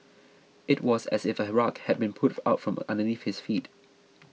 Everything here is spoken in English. it was as if a rug had been pulled out from underneath his feet